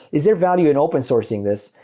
is there value in open sourcing this?